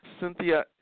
Cynthia